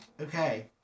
Okay